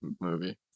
movie